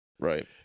Right